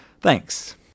Thanks